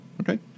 Okay